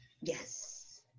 Yes